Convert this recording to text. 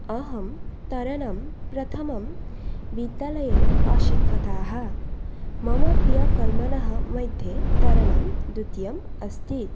अहं तरणं प्रथमं विद्यालये अशिक्षतः मम प्रियकर्मणः मध्ये तरणं द्वितीयम् अस्ति